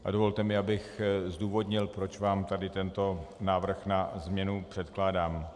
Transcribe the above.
A dovolte mi, abych zdůvodnil, proč vám tady tento návrh na změnu předkládám.